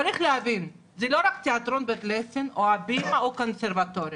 צריך להבין שזה לא רק תיאטרון בית לסין או הבימה או קונסרבטוריום,